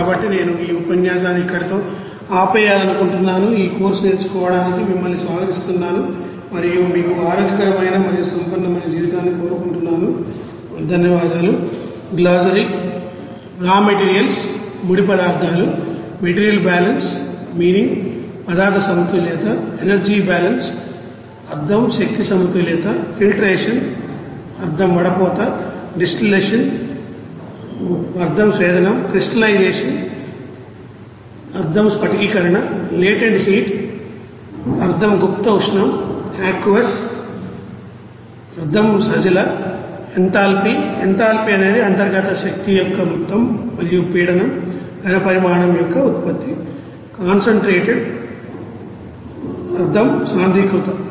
కాబట్టి నేను ఈ ఉపన్యాసాన్ని ఇక్కడితో ఆపేయాలనుకుంటున్నాను ఈ కోర్సు నేర్చుకోవడానికి మిమ్మల్ని స్వాగతిస్తున్నాను మరియు మీకు ఆరోగ్యకరమైన మరియు సంపన్నమైన జీవితాన్ని కోరుకుంటున్నాను మరియు ధన్యవాదాలు